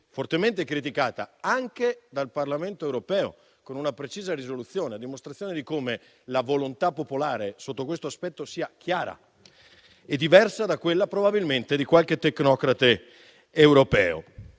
fortemente criticata anche dal Parlamento europeo con una precisa risoluzione, a dimostrazione di come la volontà popolare sotto questo aspetto sia chiara e diversa probabilmente da quella di qualche tecnocrate europeo.